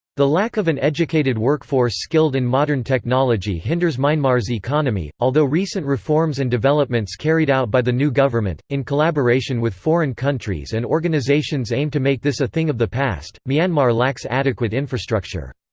the lack of an educated workforce skilled in modern technology hinders myanmar's economy, although recent reforms and developments carried out by the new government, in collaboration with foreign countries and organisations aim to make this a thing of the past myanmar lacks adequate infrastructure.